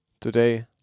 Today